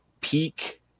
peak